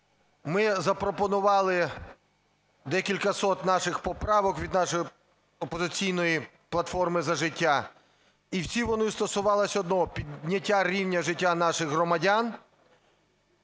ми запропонували декілька сот наших поправок від нашої "Опозиційної платформи - За життя". І всі вони стосувались одного – підняття рівня життя наших громадян,